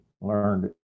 learned